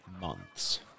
months